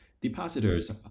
Depositors